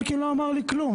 אלקין לא אמר לי כלום.